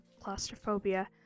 claustrophobia